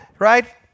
right